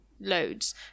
loads